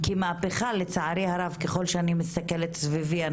כי מהפכה לצערי הרב ככל שאני מסתכלת סביבי,